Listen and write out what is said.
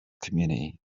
community